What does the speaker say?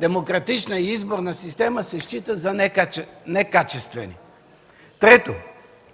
демократична и изборна система в момента се счита за некачествена. Трето,